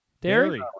dairy